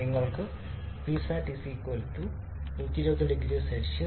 നിങ്ങൾക്ക് ഉണ്ട് Psat 120 0C 197